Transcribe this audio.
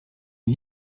une